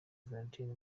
valentin